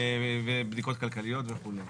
ובדיקות כלכליות וכו'.